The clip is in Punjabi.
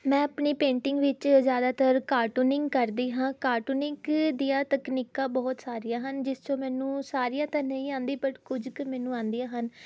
ਮੈਂ ਆਪਣੀ ਪੇਂਟਿੰਗ ਵਿੱਚ ਜ਼ਿਆਦਾਤਰ ਕਾਰਟੂਨਿੰਗ ਕਰਦੀ ਹਾਂ ਕਾਰਟੂਨਿੰਗ ਦੀਆਂ ਤਕਨੀਕਾਂ ਬਹੁਤ ਸਾਰੀਆਂ ਹਨ ਜਿਸ ਵਿੱਚ ਮੈਨੂੰ ਸਾਰੀਆਂ ਤਾਂ ਨਹੀਂ ਆਉਂਦੀ ਬੱਟ ਕੁਝ ਕੁ ਮੈਨੂੰ ਆਉਂਦੀਆਂ ਹਨ